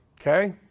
okay